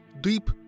deep